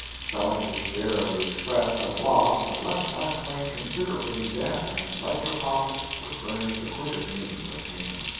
selling his share of the express at a loss had left mark twain considerably in debt and lecture profits would furnish the quickest means of payment.